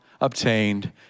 obtained